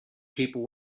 people